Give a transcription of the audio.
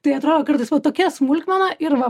tai atrodo kartais va tokia smulkmena ir va